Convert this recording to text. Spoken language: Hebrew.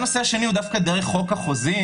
נושא שני הוא דווקא דרך חוק החוזים,